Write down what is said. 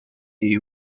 jej